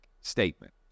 statement